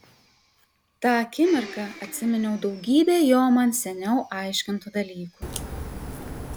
tą akimirką atsiminiau daugybę jo man seniau aiškintų dalykų